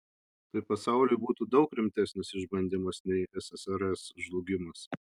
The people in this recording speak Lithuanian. tai pasauliui būtų daug rimtesnis išbandymas nei ssrs žlugimas